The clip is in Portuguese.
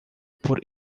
por